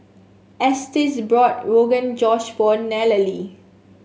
Estes brought Rogan Josh for Nallely